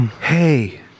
Hey